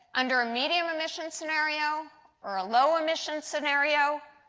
under a median emissions scenario or a low emissions scenario,